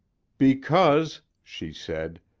because, she said,